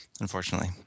unfortunately